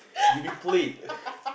you've been played